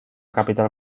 capital